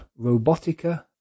robotica